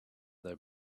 their